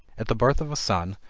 at the birth of a son,